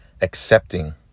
accepting